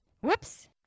Whoops